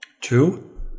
Two